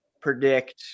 predict